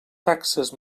taxes